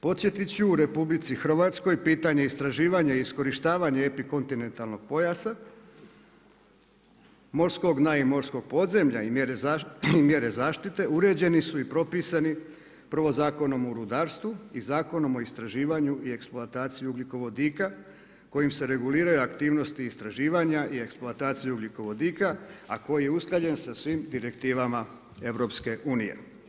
Podsjetit ću u RH pitanje istraživanja i iskorištavanja epikontinentalnog pojasa morskog dna i morskog podzemlja i mjere zaštite uređeni su i propisani prvo Zakonom o rudarstvu i Zakonom o istraživanju i eksploataciji ugljikovodika kojim se reguliraju aktivnosti i istraživanja i eksploataciji ugljikovodika, a koji je usklađen sa svim direktivama EU.